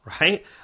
Right